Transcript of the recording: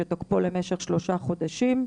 שתוקפו למשך שלושה חודשים,